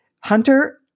Hunter